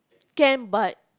can but